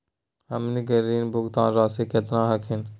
हमनी के ऋण भुगतान रासी केतना हखिन?